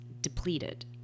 depleted